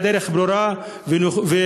הדרך ברורה ומובנת,